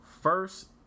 First